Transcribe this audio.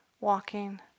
walking